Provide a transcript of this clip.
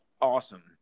awesome